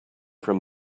from